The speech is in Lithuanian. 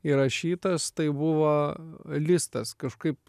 įrašytas tai buvo listas kažkaip